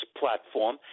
platform